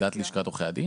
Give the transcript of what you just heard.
לשכת עורכי הדין.